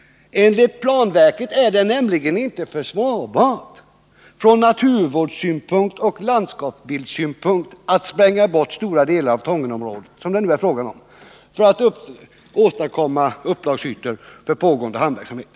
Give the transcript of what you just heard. Enligt planverket är det inte försvarbart från naturvårdssynpunkt och från landskapsbildssynpunkt att spränga bort stora delar av Tångenområdet, vilket det nu är fråga om, för att åstadkomma upplagsytor för pågående hamnverksamhet.